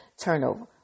turnover